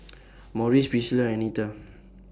Morris Pricilla Anita